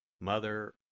Mother